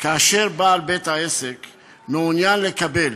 כאשר בעל בית-העסק מעוניין לקבל